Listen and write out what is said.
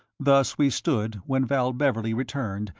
thus we stood when val beverley returned,